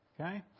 okay